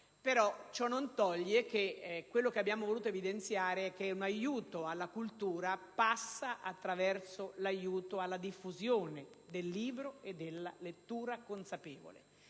Ciò non toglie che quello che abbiamo voluto evidenziare è che un aiuto alla cultura passa attraverso l'incentivazione alla diffusione del libro e della lettura consapevole,